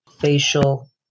facial